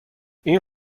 این